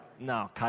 no